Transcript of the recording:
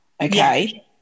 okay